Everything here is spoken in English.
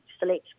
select